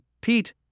Pete